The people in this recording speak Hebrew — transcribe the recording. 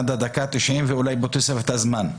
עד הדקה ה-90 ואולי בתוספת הזמן.